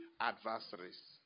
adversaries